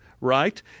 right